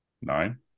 nine